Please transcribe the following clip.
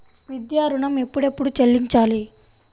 విద్యా ఋణం ఎప్పుడెప్పుడు చెల్లించాలి?